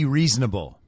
reasonable